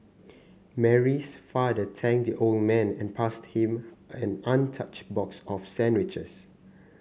Mary's father thanked the old man and passed him an untouched box of sandwiches